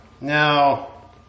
Now